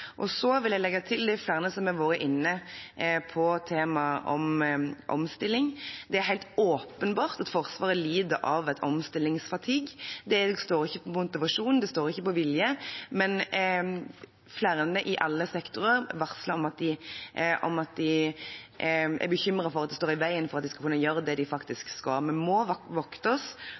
Flere har vært inne på temaet omstilling. Det er helt åpenbart at Forsvaret lider av en omstillingsfatigue. Det står ikke på motivasjon, det står ikke på vilje, men flere i alle sektorer varsler om at de er bekymret for at dette står i veien for at de skal kunne gjøre det de faktisk skal. Vi må